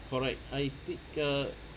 correct I think err